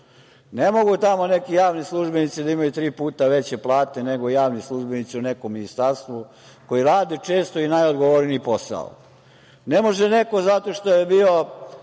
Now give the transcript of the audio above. Ne mogu tamo neki javni službenici da imaju tri puta veće plate nego javni službenici u nekom ministarstvu, koji rade često i najodgovorniji posao. Ne može neko zato što je bio